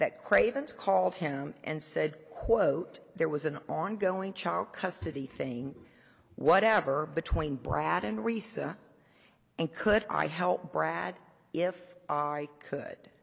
that craven's called him and said quote there was an ongoing child custody thing whatever between brad and resa and could i help brad if i could